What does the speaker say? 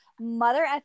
mother